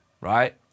right